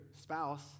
spouse